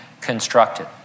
constructed